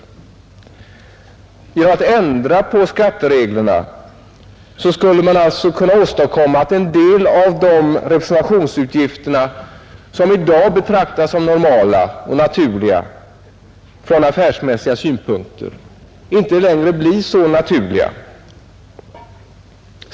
Genom att ändra på skattereglerna skulle man kunna åstadkomma att en del av de representationsutgifter, som i dag betraktas som normala och naturliga från affärsmässiga synpunkter, inte längre blir så naturliga.